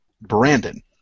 Brandon